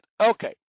Okay